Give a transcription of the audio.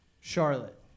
Charlotte